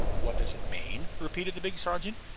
what does it mean? repeated the big sergeant.